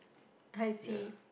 I see